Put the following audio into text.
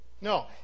No